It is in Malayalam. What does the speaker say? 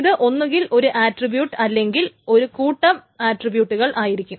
ഇത് ഒന്നുകിൽ ഒരു ആട്രിബ്യൂട്ട് അല്ലെങ്കിൽ ഒരു കൂട്ടം ആട്രിബ്യൂട്ടുകൾ ആയിരിക്കും